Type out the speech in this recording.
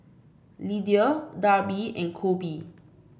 Lidia Darby and Coby